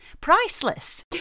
priceless